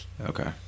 Okay